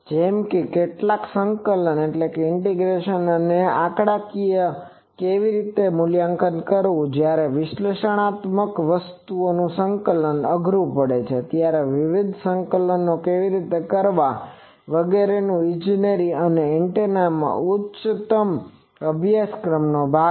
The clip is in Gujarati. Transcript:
જેમ કે કેટલાક સંકલન અને તેને આંકડાકીય રીતે કેવી રીતે મૂલ્યાંકન કરવું અને જયારે વિશ્લેષણાત્મક સંકલન અઘરું પડે ત્યારે વિવિધ સંકલનો કેવી રીતે કરવા વગેરે આ બધું ઈજનેરી અને એન્ટેના ઈજનેરીના ઉચ્ચતમ અભ્યાસક્રમનો ભાગ છે